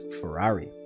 Ferrari